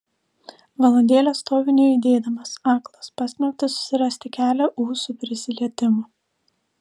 valandėlę stoviu nejudėdamas aklas pasmerktas susirasti kelią ūsų prisilietimu